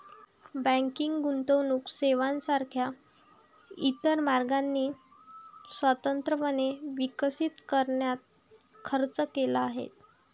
banking गुंतवणूक सेवांसारख्या इतर मार्गांनी स्वतंत्रपणे विकसित करण्यात खर्च केला आहे